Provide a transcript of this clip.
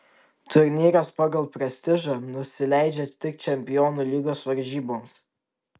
turnyras pagal prestižą nusileidžia tik čempionų lygos varžyboms